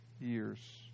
years